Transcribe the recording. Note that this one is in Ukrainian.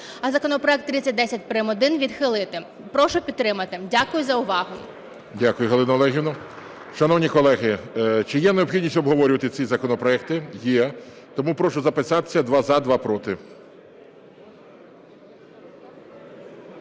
а законопроект 3010 прим.1 відхилити. Прошу підтримати. Дякую за увагу. ГОЛОВУЮЧИЙ. Дякую, Галино Олегівно. Шановні колеги, чи є необхідність обговорювати ці законопроекти? Є. Тому прошу записатися: два – за, два – проти.